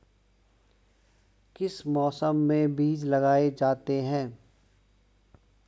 किस मौसम में बीज लगाए जाते हैं?